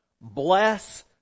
bless